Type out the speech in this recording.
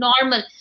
normal